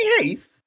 Heath